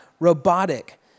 robotic